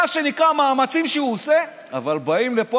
מה שנקרא, המאמצים שהוא עושה, אבל באים לפה